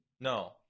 No